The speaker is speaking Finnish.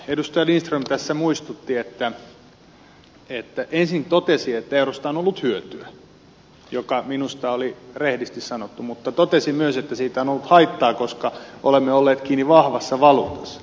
edustaja lindström totesi ensin että eurosta on ollut hyötyä mikä minusta oli rehdisti sanottu mutta totesi myös että siitä on ollut haittaa koska olemme olleet kiinni vahvassa valuutassa